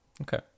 Okay